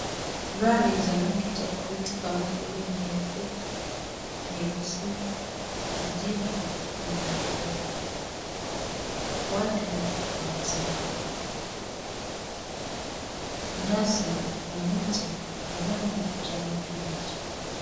Gari za rangi tofauti kama vile nyeupe , nyeusi, kijivu zimeegeshwa. Watu wamesimama. Nyasi na miti ni ya rangi kijani kibichi.